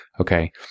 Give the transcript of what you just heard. Okay